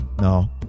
No